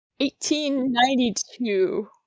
1892